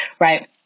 Right